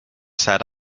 sat